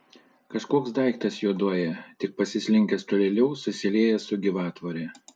kažkoks daiktas juoduoja tik pasislinkęs tolėliau susiliejęs su gyvatvore